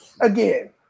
Again